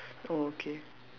oh okay